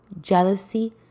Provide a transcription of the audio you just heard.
jealousy